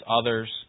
others